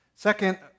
Second